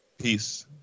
peace